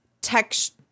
text